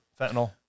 Fentanyl